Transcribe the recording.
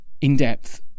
in-depth